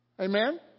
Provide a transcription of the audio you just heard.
Amen